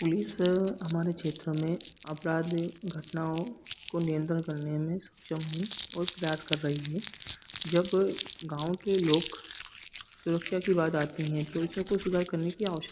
police हमारे क्षेत्र में आपराध की घटनाओं को नियंत्रण करने में सक्षम है और प्रयास कर रही है जब गाँव के लोक सुरक्षा की बात आती है तो इसमें कोई सुधार करने की आवश्यकता है